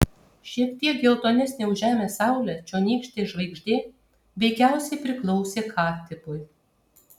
šiek tiek geltonesnė už žemės saulę čionykštė žvaigždė veikiausiai priklausė k tipui